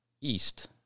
East